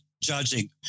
judging